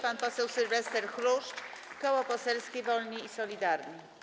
Pan poseł Sylwester Chruszcz, Koło Poselskie Wolni i Solidarni.